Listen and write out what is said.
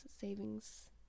Savings